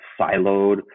siloed